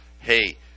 hey